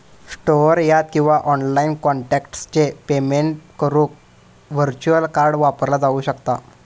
store यात किंवा online contactless payment करुक व्हर्च्युअल कार्ड वापरला जाऊ शकता